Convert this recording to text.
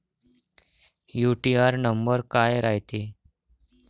UTR number काय रायते?